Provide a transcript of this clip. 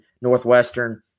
Northwestern